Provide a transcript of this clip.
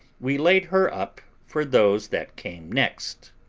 we laid her up for those that came next,